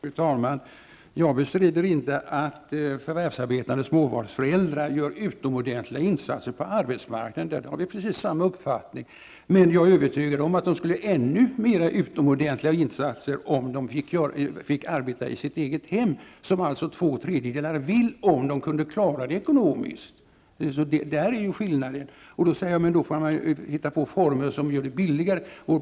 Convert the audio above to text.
Fru talman! Jag bestrider inte att förvärvsarbetande småbarnsföräldrar gör utomordentliga insatser på arbetsmarknaden. Därvidlag är vi av precis samma uppfattning. Men jag är övertygad om att de skulle göra ännu mer utomordentliga insatser om de fick arbeta i sitt eget hem, vilket två tredjedelar skulle vilja göra om det gick att klara ekonomiskt. Där ligger skillnaden. Då får man väl hitta på former som gör det billigare.